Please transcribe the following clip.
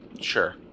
Sure